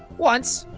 once.